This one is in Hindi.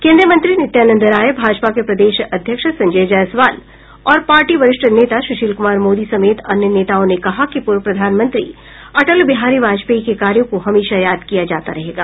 केन्द्रीय मंत्री नित्यानंद राय भाजपा के प्रदेश अध्यक्ष संजय जायसवाल और पार्टी वरिष्ठ नेता सुशील कुमार मोदी समेत अन्य नेताओं ने कहा कि पूर्व प्रधानमंत्री अटल बिहारी वाजपेयी के कार्यो को हमेशा याद किया जाता रहेगा